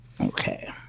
Okay